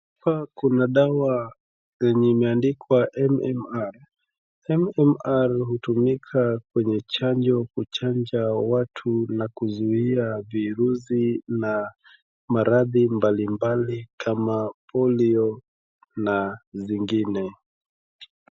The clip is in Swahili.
Hapa kuna dawa yenye imeandikwa MMR, MMR hutmika kwenye chanjo kuchanja watu na kuzuia virusi na maradhi mbalimbali kama polio na zingine .